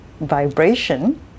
vibration